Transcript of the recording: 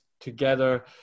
together